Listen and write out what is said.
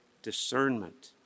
discernment